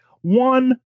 One